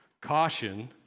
Caution